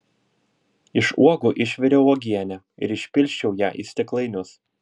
iš uogų išviriau uogienę ir išpilsčiau ją į stiklainius